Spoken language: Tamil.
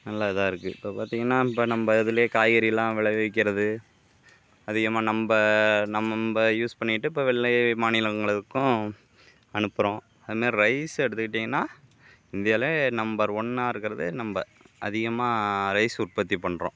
நல்ல இதாயிருக்கு இப்போ பார்த்திங்ன்னா நம்ம நம்ம இதிலே காய்கறியெல்லாம் விளைவிக்கிறது அதிகமாக நம்ம நம்ம நம்பம்ம யூஸ் பண்ணிக்கிட்டு இப்போ வெளி மாநிலங்களுக்கும் அனுப்புகிறோம் அது மாதிரி ரைஸ் எடுத்துக்கிட்டிங்ன்னால் இந்தியாவிலே நம்பர் ஒன்றா இருக்கிறது நம்ம அதிகமாக ரைஸ் உற்பத்தி பண்ணுறோம்